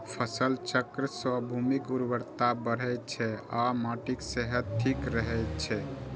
फसल चक्र सं भूमिक उर्वरता बढ़ै छै आ माटिक सेहत ठीक रहै छै